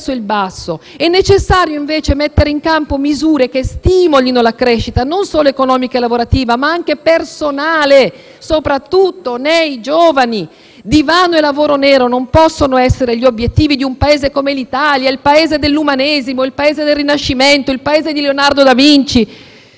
È necessario, invece, mettere in campo misure che stimolino la crescita, non solo economica e lavorativa, ma anche personale, soprattutto nei giovani. Divano e lavoro nero non possono essere gli obiettivi di un Paese come l'Italia, il Paese dell'Umanesimo, il Paese del Rinascimento, il Paese di Leonardo Da Vinci.